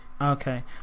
Okay